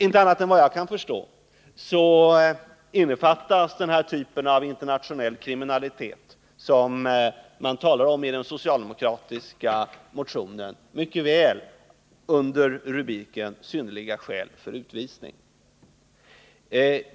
Inte annat än vad jag kan förstå inkluderas den typ av internationell kriminalitet som man talar om i den socialdemokratiska motionen mycket väl i rubriken Synnerliga skäl för utvisning.